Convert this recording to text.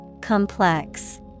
Complex